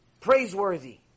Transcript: praiseworthy